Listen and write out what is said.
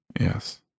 yes